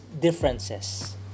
differences